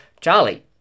Charlie